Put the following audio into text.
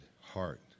heart